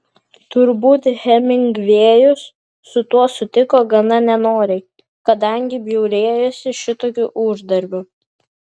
turbūt hemingvėjus su tuo sutiko gana nenoriai kadangi bjaurėjosi šitokiu uždarbiu